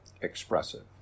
expressive